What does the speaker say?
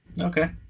Okay